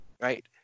right